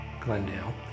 Glendale